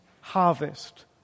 harvest